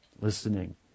listening